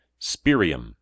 Spirium